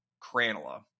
Cranola